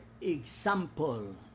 example